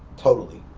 totally.